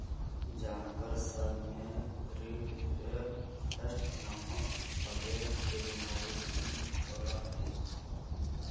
जानवर सब में रिंडरपेस्ट नामक प्लेग के बिमारी भी होबा हई